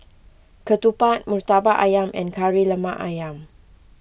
Ketupat Murtabak Ayam and Kari Lemak Ayam